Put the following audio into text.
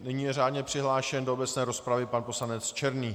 Nyní je řádně přihlášen do obecné rozpravy pan poslanec Černý.